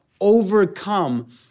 overcome